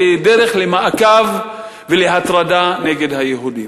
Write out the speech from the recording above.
כדרך למעקב ולהטרדה נגד יהודים.